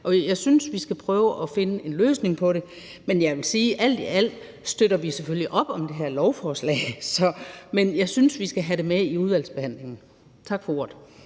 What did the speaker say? Jeg synes, at vi skal prøve at finde en løsning på det. Jeg vil sige, at vi selvfølgelig alt i alt støtter op om det her lovforslag. Men jeg synes, at vi skal have det med i udvalgsbehandlingen. Tak for ordet.